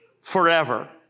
forever